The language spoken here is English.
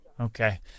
Okay